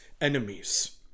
enemies